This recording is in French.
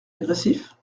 agressif